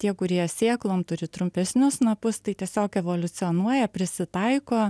tie kurie sėklom turi trumpesnius snapus tai tiesiog evoliucionuoja prisitaiko